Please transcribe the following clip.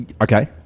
Okay